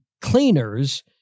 cleaners